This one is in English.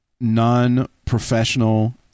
non-professional